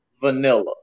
vanilla